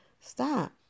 Stop